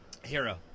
Hero